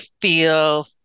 feel